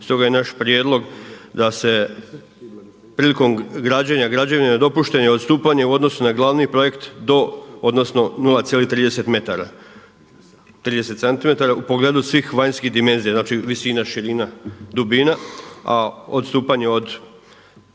Stoga je naš prijedlog da se prilikom građenja građevine dopušteno odstupanje u odnosu na glavni projekt do, odnosno 0,30 m, 30 cm u pogledu svih vanjskih dimenzija. Znači visina, širina, dubina a odstupanje od